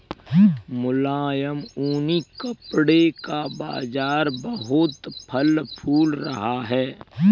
मुलायम ऊनी कपड़े का बाजार बहुत फल फूल रहा है